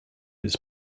its